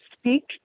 speak